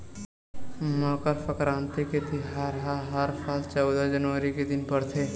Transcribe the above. मकर सकराति तिहार ह हर साल चउदा जनवरी के दिन परथे